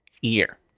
year